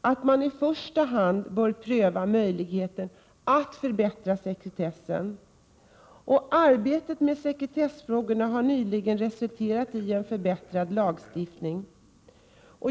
att man i första hand bör pröva möjligheterna att förbättra sekretessen. Arbetet med sekretessfrågorna har nyligen resulterat i en förbättrad lagstiftning.